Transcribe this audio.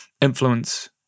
influence